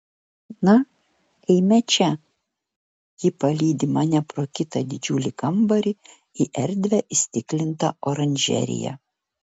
na eime čia ji palydi mane pro kitą didžiulį kambarį į erdvią įstiklintą oranžeriją